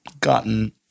gotten